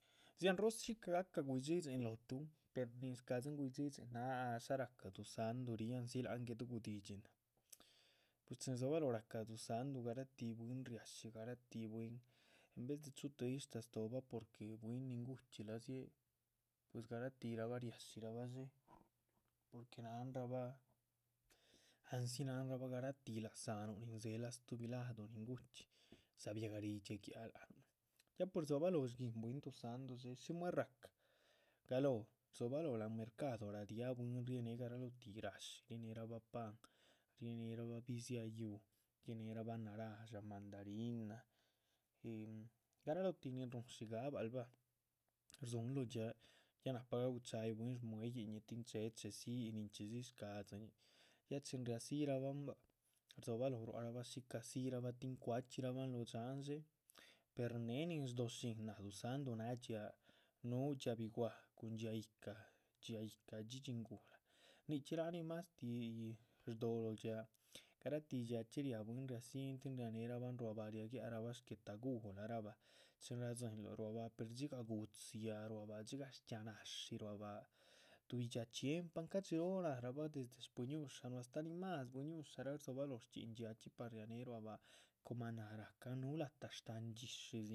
Dzianrih shica gahca guydhxidhxin lótuh nin shcadzin guydhxidxin náha shá ráhca duzáhndu ríh andzi lahan guedu gudidxi náha, pues chin rdzobaloho rahca duzáhndu. garatih bwín riadxí garatih bwín en vez de chuhu trishta stóohba porque bwín nin gu´chxia dziée pues garatihrahbah riadxírahabh dxé porque náhanrabah andzi. náhanrabah garatih laza´nuh nin dzelah stuhbi la´duh nin gu´chxi dzabiahgarai dxie giáhac láhanuh ya pues rdzobaloho shguíhin bwín duzáhndu dxé. shí muer ráhca galóho rdzobaloho láhan mercardo radiáh bwín rienéh garalotih náshi, rienerabah pan riehenerabah bidziáha yuuh, riehenerabah narasha´, mandarina. garalotíh nin ruhun dxíigahbal báha, ya nahpa gaguchayih bwín shbu´yih ñih tin chéhe chedzí, ninchxídzi shcapdzi ñih ya chin riadzirahaban bua´c rdzobaloho gua´c rabah shícah. dzirahbah tin cuachxirabahn lóho dxáhan per néhe nin shdohó shín náha duzáhndu náha dxiáac bi´wah cun dxiáac yíhca, dxiáac yíhca dhxídhxi nguhla. nichxira nin mástih shdoho lóh dxiáac garatih dxiáac chxí riá bwín riáha dzíhin tin rianeherabahn ruá báha riagiahbarahba shguetaguhlarabah chin radzinluh ruá báha. dzigah gu´dziaha ruá báha dxigah shchxiáha náshi ruá báha, tuhbi dxiáac chxiempan ca´dxi róh nahrabah lóhnu desde bui´ñushanuh nin máhas bui´ñusha rdzobaloho. shchxín dxiáachxi para rianéhe ruá báha coma na´h ráhcah núh vueltah shtáhan dxi´shin